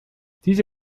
diese